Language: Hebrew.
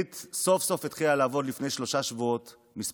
סוף-סוף לפני שלושה שבועות התוכנית התחילה לעבוד,